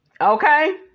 Okay